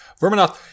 Verminoth